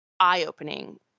eye-opening